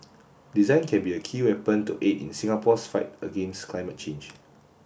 design can be a key weapon to aid in Singapore's fight against climate change